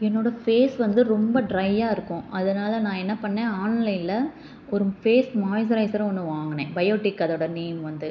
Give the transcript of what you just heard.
என்னோடய ஃபேஸ் வந்து ரொம்ப ட்ரையாக இருக்கும் அதனால் நான் என்ன பண்ணேன் ஆன்லைனில் ஒரு ஃபேஸ் மாய்ஸரைஸர் ஒன்று வாங்கினேன் பயோடெக் அதோட நேம் வந்து